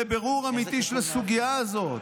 לבירור אמיתי של הסוגיה הזאת.